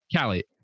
Callie